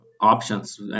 options